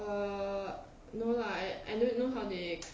uh no lah I I don't know how they